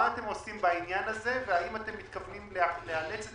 מה אתם עושים בעניין הזה והאם אתם מתכוונים לאלץ את